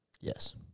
Yes